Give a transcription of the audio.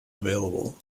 available